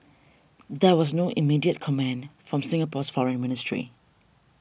there was no immediate comment from Singapore's foreign ministry